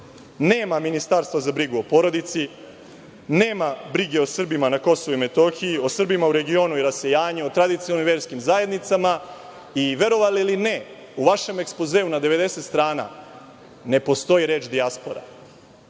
Nema ministarstva za brigu u o porodici. Nema brige o Srbima na Kosovu i Metohiji, o Srbima u regionu i rasejanju, o tradicionalnim verskim zajednicama. I verovali ili ne u vašem ekspozeu na 90 strana ne postoji reč - dijaspora.